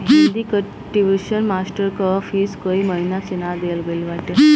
हिंदी कअ tuition master कअ fees कई महिना से ना देहल गईल बाटे